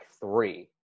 three